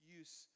use